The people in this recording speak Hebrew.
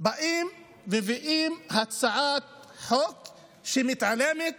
באים ומביאים הצעת חוק שמתעלמת